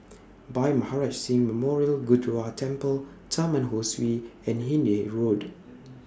Bhai Maharaj Singh Memorial Gurdwara Temple Taman Ho Swee and Hindhede Road